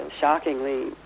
shockingly